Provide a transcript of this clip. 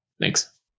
Thanks